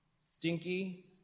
stinky